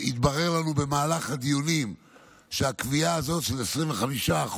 התברר לנו במהלך הדיונים שהקביעה הזאת של 25%